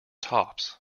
tops